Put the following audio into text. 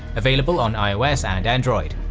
available on ios and android!